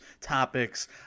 topics